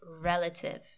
relative